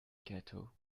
cattle